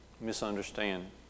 misunderstand